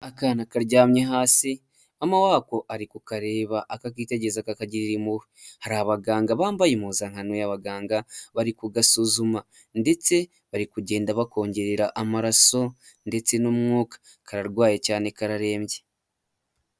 Akana karyamye hasi, mama wako ari kukareba akakitegereza akagirira impuhwe hari, abaganga bambaye impuzankano, bari kugasuzuma ndetse bari kugenda bakongerera amaraso ndetse n'umwuka kararwaye cyane kararembye.